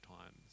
times